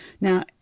Now